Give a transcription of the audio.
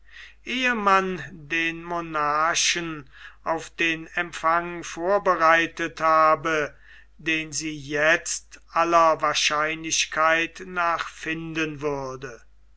man den monarchen auf den empfang vorbereitet habe den sie jetzt aller wahrscheinlichkeit nach finden würde